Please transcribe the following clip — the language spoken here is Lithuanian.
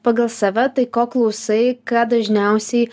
pagal save tai ko klausai ką dažniausiai